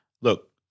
Look